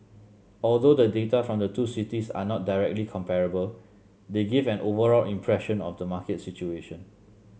although the data from the two cities are not directly comparable they give an overall impression of the market situation